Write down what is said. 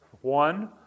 One